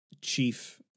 chief